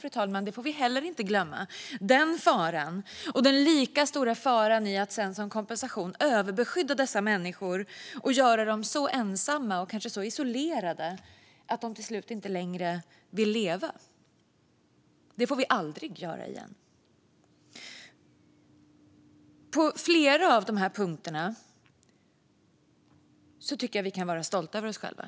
Den faran får vi inte glömma och inte heller den lika stora faran i att som kompensation överbeskydda dessa människor och göra dem så ensamma och kanske så isolerade att de till slut inte vill leva. Det får vi aldrig göra igen. När det gäller flera av dessa punkter tycker jag att vi kan vara stolta över oss själva.